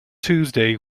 tuesday